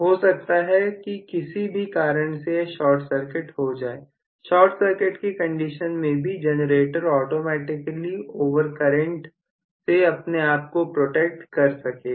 हो सकता है कि किसी भी कारण से यह शॉर्ट सर्किट हो जाए शॉर्ट सर्किट की कंडीशन में भी जनरेटर ऑटोमेटिकली ओवरकरेंट से अपने आप को प्रोटेक्ट कर सकेगा